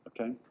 Okay